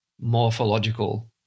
morphological